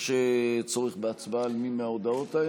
יש צורך בהצבעה על ההודעות האלה?